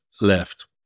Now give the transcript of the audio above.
left